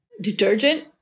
detergent